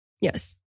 Yes